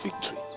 victory